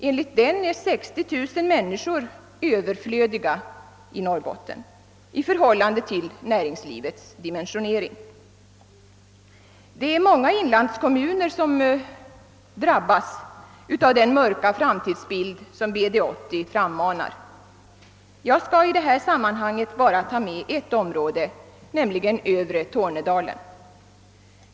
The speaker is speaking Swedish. Enligt dess bedömning är 60000 människor »Ööverflödiga» i Norrbotten, nämligen i förhållande till näringslivets dimensionering. Det är många inlandskommuner som drabbas av den mörka framtidsbild som BD-80 tecknar. Jag skall i det här sammanhanget bara beröra ett område, nämligen övre Tornedalen.